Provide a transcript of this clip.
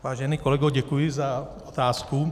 Vážený kolego, děkuji za otázku.